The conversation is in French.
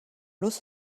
los